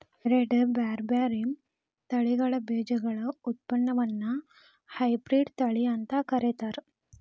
ಎರಡ್ ಬ್ಯಾರ್ಬ್ಯಾರೇ ತಳಿಗಳ ಬೇಜಗಳ ಉತ್ಪನ್ನವನ್ನ ಹೈಬ್ರಿಡ್ ತಳಿ ಅಂತ ಕರೇತಾರ